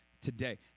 today